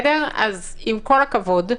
אז עם כל הכבוד,